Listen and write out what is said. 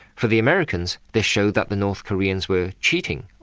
for the americans, this showed that the north koreans were cheating.